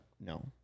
no